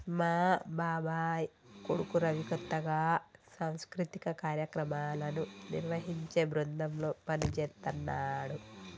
మా బాబాయ్ కొడుకు రవి కొత్తగా సాంస్కృతిక కార్యక్రమాలను నిర్వహించే బృందంలో పనిజేత్తన్నాడు